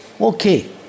Okay